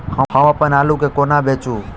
हम अप्पन आलु केँ कोना बेचू?